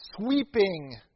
sweeping